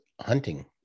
hunting